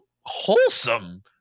wholesome